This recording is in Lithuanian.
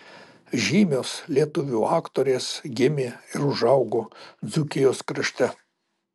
žymios lietuvių aktorės gimė ir užaugo dzūkijos krašte